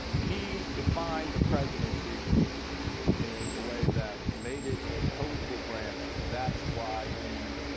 he defined the presidency in a way that made it a coequal branch and that's why he